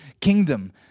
kingdom